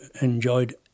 enjoyed